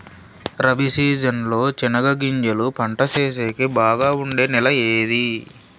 Rabi season లో చెనగగింజలు పంట సేసేకి బాగా ఉండే నెల ఏది?